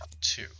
two